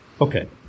Okay